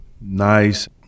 nice